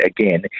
Again